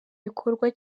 gikorwa